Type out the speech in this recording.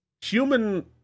human